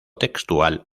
textual